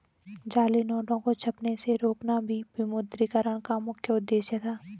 जाली नोटों को छपने से रोकना भी विमुद्रीकरण का मुख्य उद्देश्य था